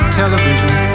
television